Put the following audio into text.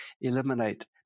eliminate